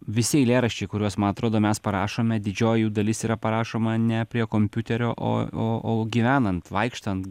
visi eilėraščiai kuriuos man atrodo mes parašome didžioji jų dalis yra parašoma ne prie kompiuterio o o o gyvenant vaikštant